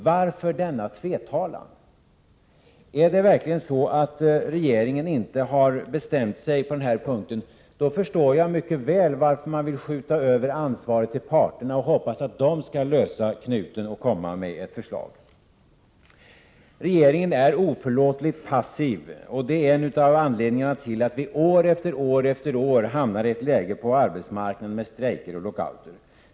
Varför denna tvetalan? Är det verkligen så att regeringen inte har bestämt sig på denna punkt, förstår jag mycket väl varför man vill skjuta över ansvaret på parterna och hoppas att de skall lösa knuten och komma med ett förslag. Regeringen är oförlåtligt passiv. Det är en av anledningarna till att vi år efter år hamnar i ett läge på arbetsmarknaden med strejker och lockouter.